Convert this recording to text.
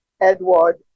Edward